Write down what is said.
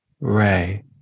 Ray